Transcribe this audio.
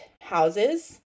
houses